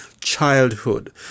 childhood